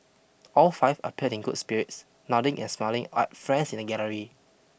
all five appeared in good spirits nodding and smiling at friends in the gallery